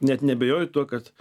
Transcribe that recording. net neabejoju tuo kad